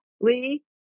Lee